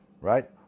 Right